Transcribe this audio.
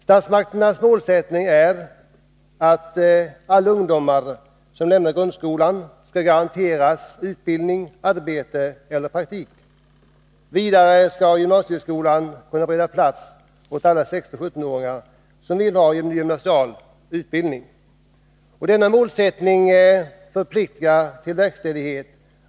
Statsmakternas målsättning är att alla ungdomar som lämnar grundskolan skall garanteras utbildning, arbete eller praktik. Vidare skall gymnasieskolan kunna bereda plats åt alla 16-17-åringar som vill ha en gymnasial utbildning. Denna målsättning förpliktigar till verkställighet.